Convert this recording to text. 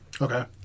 okay